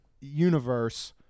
universe